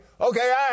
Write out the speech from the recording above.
Okay